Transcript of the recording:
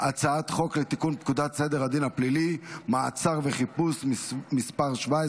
אני קובע כי הצעת חוק לתיקון פקודת בתי הסוהר (תיקון מס' 66,